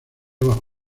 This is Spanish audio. bajo